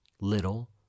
little